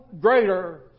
greater